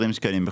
₪.